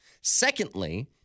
Secondly